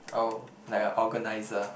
oh like a organiser